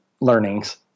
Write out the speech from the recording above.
learnings